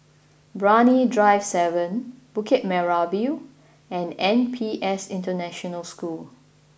Brani Drive Seven Bukit Merah View and N P S International School